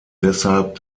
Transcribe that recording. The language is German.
deshalb